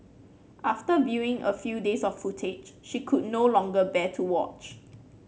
after viewing a few days of footage she could no longer bear to watch